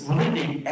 living